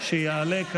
לא התקבלה.